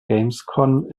gamescom